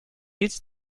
llits